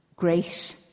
Grace